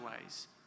ways